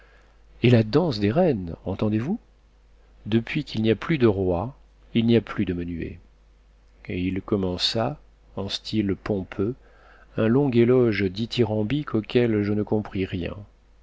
et la danse des reines entendez-vous depuis qu'il n'y a plus de rois il n'y a plus de menuet et il commença en style pompeux un long éloge dithyrambique auquel je ne compris rien